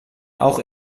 auch